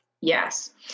Yes